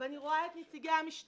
ואני גם רואה את נציגי המשטרה,